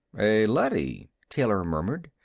a leady, taylor murmured.